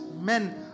men